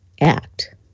act